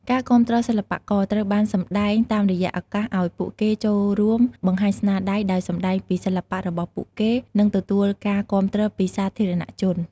ការគាំទ្រសិល្បករ ត្រូវបានសម្ដែងតាមរយៈឱកាសឲ្យពួកគេចូលរួមបង្ហាញស្នាដៃ ដោយសម្តែងពីសិល្បៈរបស់ពួកគេ និងទទួលការគាំទ្រពីសាធារណជន។